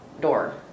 door